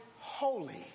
holy